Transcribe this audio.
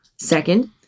Second